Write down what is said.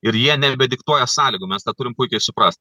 ir jie nebediktuoja sąlygų mes tą turim puikiai suprast